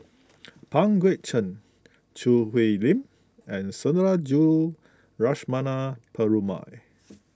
Pang Guek Cheng Choo Hwee Lim and Sundarajulu Lakshmana Perumal